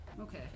okay